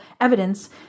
evidence